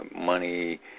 money